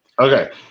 Okay